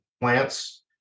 plants